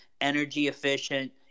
energy-efficient